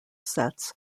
sets